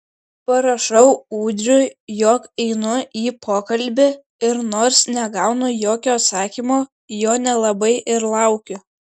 parašau ūdriui jog einu į pokalbį ir nors negaunu jokio atsakymo jo nelabai ir laukiu